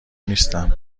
نیستم